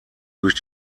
durch